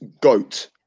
GOAT